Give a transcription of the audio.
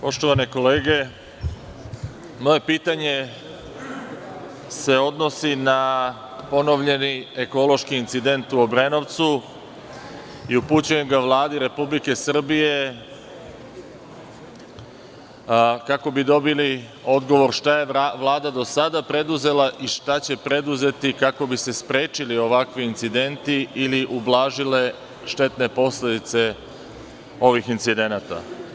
Poštovane kolege, moje pitanje se odnosi na ponovljeni ekološki incident u Obrenovcu i upućujem ga Vladi Republike Srbije, kako bi dobili odgovor – šta je Vlada do sada preduzela i šta će preduzeti kako bi se sprečili ovakvi incidenti, ili ublažile štetne posledice ovih incidenata?